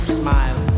smile